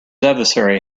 adversary